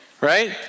Right